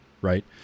right